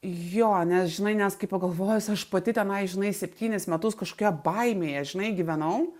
jo nes žinai nes kaip pagalvojus aš pati tenai žinai septynis metus kažkokioje baimėje žinai gyvenau